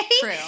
True